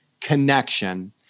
connection